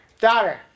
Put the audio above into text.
Daughter